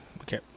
Okay